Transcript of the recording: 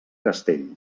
castell